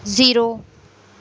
zero